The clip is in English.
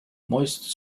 moist